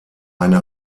eine